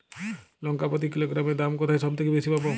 লঙ্কা প্রতি কিলোগ্রামে দাম কোথায় সব থেকে বেশি পাব?